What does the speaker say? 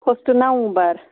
first November